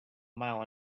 mile